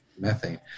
methane